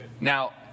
Now